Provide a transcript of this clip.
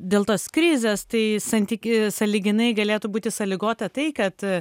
dėl tos krizės tai santyk sąlyginai galėtų būti sąlygota tai kad